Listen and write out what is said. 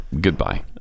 goodbye